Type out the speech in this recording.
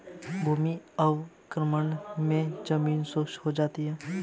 भूमि अवक्रमण मे जमीन शुष्क हो जाती है